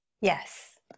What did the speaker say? Yes